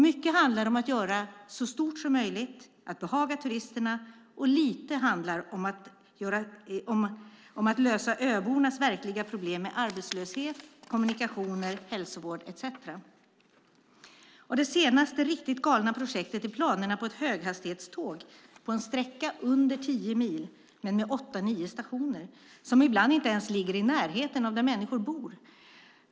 Mycket handlar om att göra så stort som möjligt och behaga turisterna, och lite handlar om att lösa öbornas verkliga problem med arbetslöshet, kommunikationer, hälsovård etcetera. Det senaste riktigt galna projektet är planerna på ett höghastighetståg på en sträcka som är under tio mil och som ska ha åtta nio stationer som ibland inte ens ligger i närheten av där människor bor.